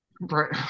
Right